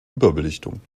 überbelichtung